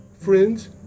Friends